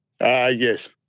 Yes